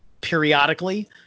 periodically